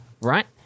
Right